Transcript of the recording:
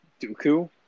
Dooku